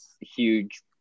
huge